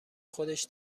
خودش